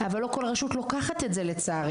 אבל לא כל רשות לוקחת את זה לצערי.